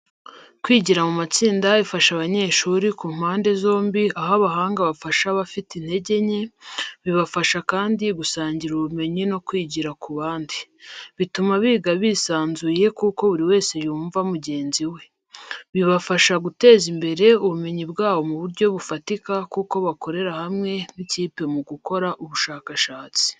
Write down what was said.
Kwigira mu matsinda bifasha abanyeshuri ku mpande zombi aho abahanga bafasha abafite intege nke, bibafasha kandi gusangira ubumenyi no kwigira ku bandi. Bituma biga bisanzuye kuko buri wese yumva mugenzi we. Bibafasha guteza imbere ubumenyi bwabo mu buryo bufatika kuko bakorera hamwe nk’ikipe mu gukora ubushakashatsi.